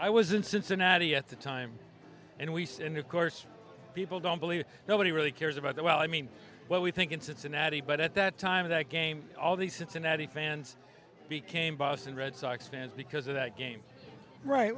i was in cincinnati at the time and we sin of course people don't believe nobody really cares about that well i mean what we think in cincinnati but at that time of that game all the cincinnati fans became boston red sox fans because of that game right